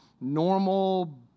normal